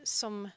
som